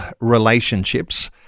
relationships